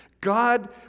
God